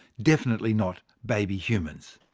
definitely not baby humans.